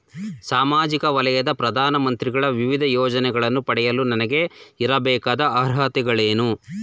ಸಾಮಾಜಿಕ ವಲಯದ ಪ್ರಧಾನ ಮಂತ್ರಿಗಳ ವಿವಿಧ ಯೋಜನೆಗಳನ್ನು ಪಡೆಯಲು ನನಗೆ ಇರಬೇಕಾದ ಅರ್ಹತೆಗಳೇನು?